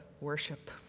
worship